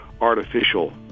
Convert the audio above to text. artificial